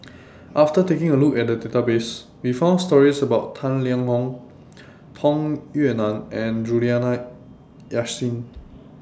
after taking A Look At The Database We found stories about Tang Liang Hong Tung Yue Nang and Juliana Yasin